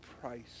price